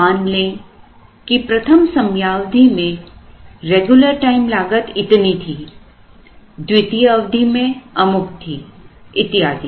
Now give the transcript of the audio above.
मान लें कि प्रथम समयावधि में रेगुलर टाइम लागत इतनी थी द्वितीय अवधि में अमुक थी इत्यादि